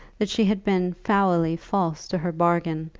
that she had been foully false to her bargain,